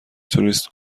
توریست